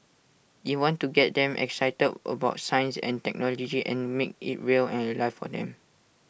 E want to get them excited about science and technology and make IT real and alive for them